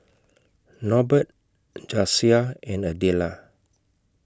Norbert Jasiah and Adella